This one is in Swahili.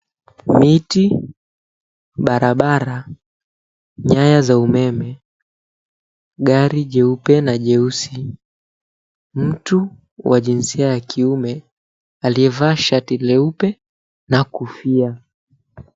Miti, barabara, nyaya za umeme, gari jeupe na jeusi, mtu wa jinsia ya kiume, aliyevaa shati jeupe na kofia.